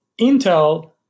Intel